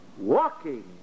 walking